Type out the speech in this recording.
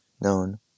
known